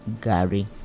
Gary